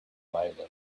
violently